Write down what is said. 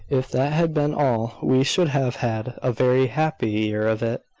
if that had been all, we should have had a very happy year of it.